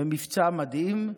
במבצע מדהים,